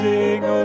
Sing